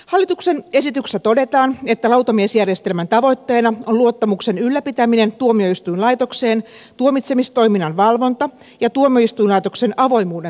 hallituksen esityksessä todetaan että lautamiesjärjestelmän tavoitteena on luottamuksen ylläpitäminen tuomioistuinlaitokseen tuomitsemistoiminnan valvonta ja tuomioistuinlaitoksen avoimuuden turvaaminen